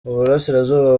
burasirazuba